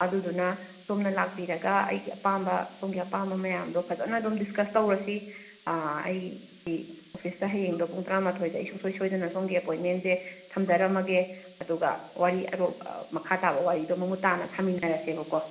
ꯑꯗꯨꯗꯨꯅ ꯁꯣꯝꯅ ꯂꯥꯛꯄꯤꯔꯒ ꯑꯩꯒꯤ ꯑꯄꯥꯝꯕ ꯁꯣꯝꯒꯤ ꯑꯄꯥꯝꯕ ꯃꯌꯥꯝꯗꯣ ꯐꯖꯅ ꯑꯗꯨꯝ ꯗꯤꯁꯀꯁ ꯇꯧꯔꯁꯤ ꯑꯩꯒꯤ ꯑꯣꯐꯤꯁꯇ ꯍꯌꯦꯡꯗꯣ ꯄꯨꯡ ꯇꯔꯥ ꯃꯥꯊꯣꯏꯗ ꯑꯩ ꯁꯨꯡꯁꯣꯏ ꯁꯣꯏꯗꯅ ꯁꯣꯝꯒꯤ ꯑꯦꯄꯣꯏꯟꯃꯦꯟꯁꯦ ꯊꯝꯖꯔꯝꯃꯒꯦ ꯑꯗꯨꯒ ꯋꯥꯔꯤ ꯑꯔꯨꯕ ꯃꯈꯥ ꯇꯥꯕ ꯋꯥꯔꯤꯗꯣ ꯃꯃꯨꯠ ꯇꯥꯅ ꯁꯥꯃꯤꯟꯅꯔꯁꯦꯕꯀꯣ